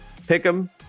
Pick'Em